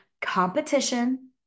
competition